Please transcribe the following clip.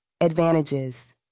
advantages